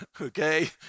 okay